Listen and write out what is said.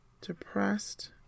depressed